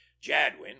jadwin